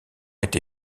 été